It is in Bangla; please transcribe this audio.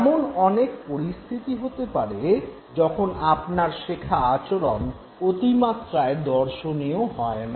এমন অনেক পরিস্থিতি হতে পারে যখন আপনার শেখা আচরণ অতি মাত্রায় দর্শনীয় হয় না